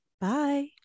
bye